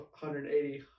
180